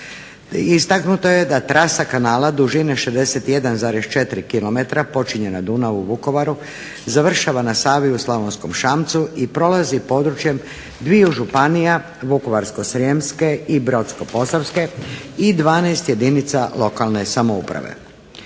Istaknuto je da trasa kanala dužine 61,4 km počinje na Dunavu u Vukovaru, završava na Savi u Slavonskom Šamcu i prolazi područjem dviju županija, Vukovarsko-srijemske i Brodsko-posavske i 12 jedinica lokalne samouprave.